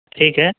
ٹھیک ہے